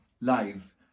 live